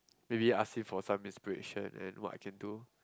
maybe ask him for some inspiration and what I can do